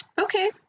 Okay